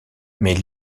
mais